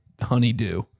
honeydew